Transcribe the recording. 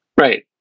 Right